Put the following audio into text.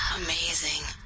Amazing